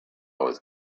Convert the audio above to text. was